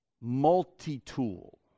multi-tool